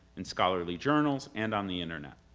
in scholarly journals, and on the internet.